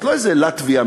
זאת לא איזו לטביה,